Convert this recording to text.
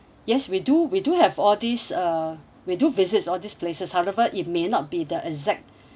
yes we do we do have all these uh we do visits all this places however it may not be the exact